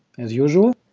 as usual,